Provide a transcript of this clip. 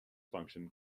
function